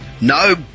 no